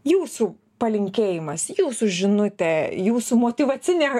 jūsų palinkėjimas jūsų žinutė jūsų motyvacinė